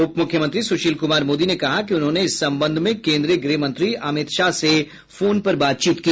उप मुख्यमंत्री सुशील कुमार मोदी ने कहा कि उन्होंने इस संबंध में केन्द्रीय गृह मंत्री अमित शाह से फोन पर बातचीत की